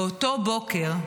באותו בוקר,